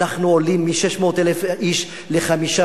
אנחנו עולים מ-600,000 איש ל-5,